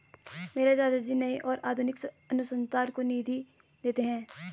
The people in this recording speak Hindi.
मेरे चाचा जी नए और आधुनिक अनुसंधान को निधि देते हैं